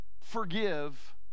forgive